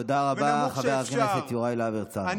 תודה רבה, חבר הכנסת יוראי להב הרצנו.